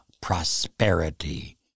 prosperity